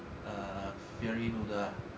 err fiery noodle ah